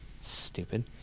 stupid